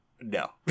No